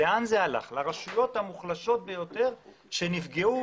זה הלך לרשויות המוחלשות ביותר שנפגעו